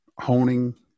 honing